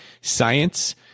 science